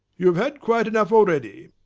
you have had quite enough already.